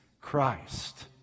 Christ